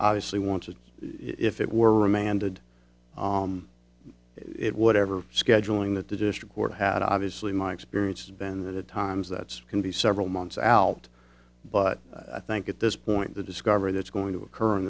obviously want to if it were remanded it whatever scheduling that the district court had obviously my experience has been that at times that's can be several months out but i think at this point the discovery that's going to occur in